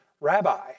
rabbi